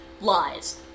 Lies